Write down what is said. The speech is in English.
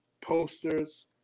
Posters